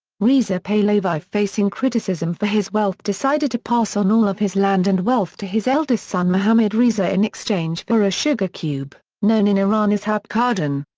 reza pahlavi facing criticism for his wealth decided to pass on all of his land and wealth to his eldest son mohammad reza in exchange for a sugar cube, known in iran as habbe kardan.